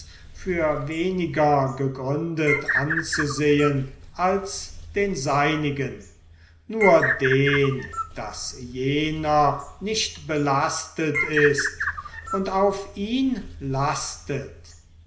für weniger gegründet anzusehen als den seinigen nur den daß jener nicht belastet ist und auf ihn lastet